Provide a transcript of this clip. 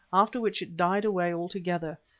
after which it died away altogether,